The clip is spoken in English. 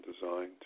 designed